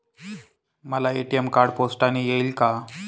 मला ATM card पोस्टाने येईल का?